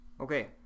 Okay